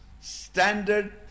standard